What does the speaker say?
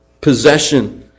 possession